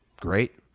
great